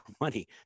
money